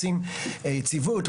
רוצים יציבות,